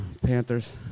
Panthers